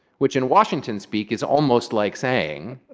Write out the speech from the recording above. which in washington-speak is almost like saying,